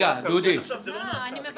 אבל אני לא מצליח להבין --- עד עכשיו זה לא נעשה,